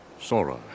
Sora